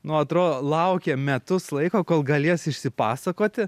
nu atrodo laukia metus laiko kol galės išsipasakoti